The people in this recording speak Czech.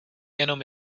jenom